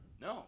No